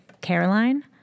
Caroline